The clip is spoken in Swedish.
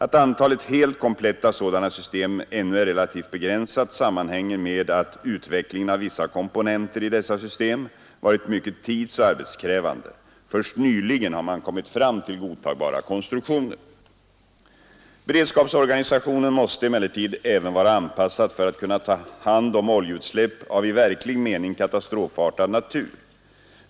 Att antalet helt kompletta sådana system ännu är relativt begränsat sammanhänger med att utvecklingen av vissa komponenter i dessa system varit mycket tidsoch arbetskrävande. Först nyligen har man kommit fram till godtagbara konstruktioner. Beredskapsorganisationen måste emellertid även vara anpassad för att kunna ta hand om oljeutsläpp av i verklig mening katastrofartad natur.